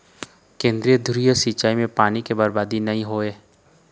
केंद्रीय धुरी सिंचई म पानी के बरबादी नइ होवय